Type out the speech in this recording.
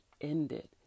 ended